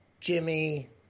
Jimmy